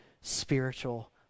spiritual